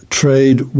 trade